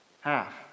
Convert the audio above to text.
half